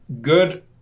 good